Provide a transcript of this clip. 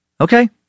Okay